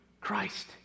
Christ